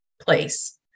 place